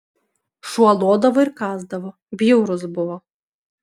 šuo lodavo ir kąsdavo bjaurus buvo